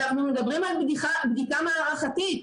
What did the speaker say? אנחנו מדברים על בדיקה מערכתית.